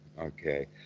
Okay